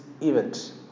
event